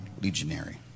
legionary